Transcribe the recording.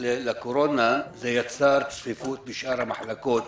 לקורונה זה יצר צפיפות בשאר המחלקות,